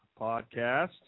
podcast